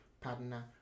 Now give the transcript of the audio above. partner